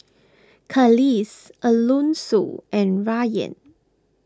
Kelis Alonso and Rayan